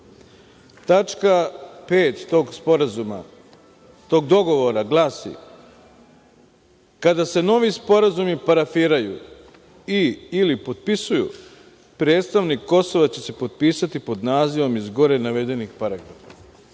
tog dogovora glasi: „Kada se novi sporazumi parafiraju i ili potpisuju, predstavnik Kosova će se potpisati pod nazivom iz gore navedenih paragrafa“.